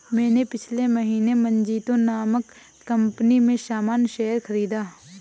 मैंने पिछले महीने मजीतो नामक कंपनी में सामान्य शेयर खरीदा